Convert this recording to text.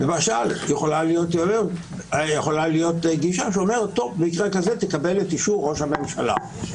למשל יכולה להיות גישה שאומרת: במקרה כזה תקבל את אישור ראש הממשלה.